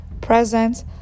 present